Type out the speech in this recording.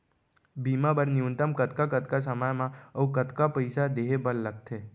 बीमा बर न्यूनतम कतका कतका समय मा अऊ कतका पइसा देहे बर लगथे